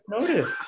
notice